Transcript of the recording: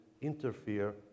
interfere